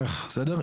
בסדר?